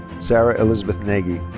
sarah elizabeth nagy.